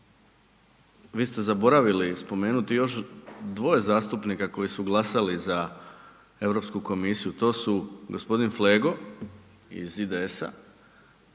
vi ste zaboravili spomenuti još dvoje zastupnika koji su glasali za Europsku komisiju, to su gospodin Flego iz IDS-a,